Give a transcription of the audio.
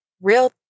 real